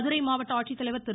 மதுரை மாவட்ட ஆட்சித்தலைவர் திரு